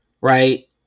right